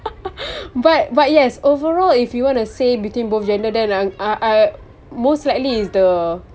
but but yes overall if you wanna say between both gender then uh uh most likely is the